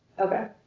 Okay